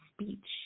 speech